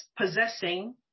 possessing